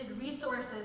resources